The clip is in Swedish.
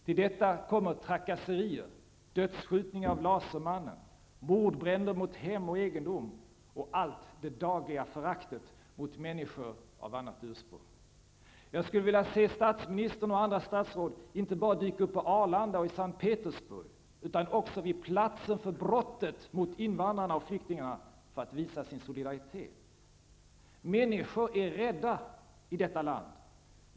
Till detta kommer trakasserier, dödsskjutningen, utförd av ''lasermannen'', hem och egendom som utsatts för mordbränder samt allt det dagliga föraktet mot människor av annat ursprung. Jag skulle vilja se statsministern och andra statsråd inte bara dyka upp på Arlanda och i S:t Petersburg, utan också på platsen för brottet mot invandrarna och flyktingarna, för att visa sin solidaritet. Människor är rädda i detta land.